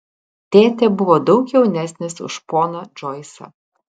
tėtė buvo daug jaunesnis už poną džoisą